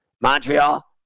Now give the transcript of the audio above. Montreal